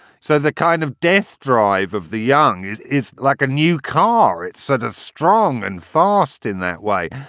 so the kind of death drive of the young is is like a new car. it's such a strong and fast in that way.